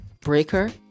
Breaker